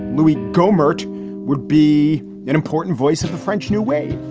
louie gohmert would be an important voice of the french new wave,